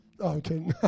Okay